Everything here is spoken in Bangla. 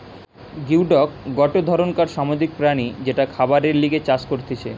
গিওডক গটে ধরণকার সামুদ্রিক প্রাণী যেটা খাবারের লিগে চাষ করতিছে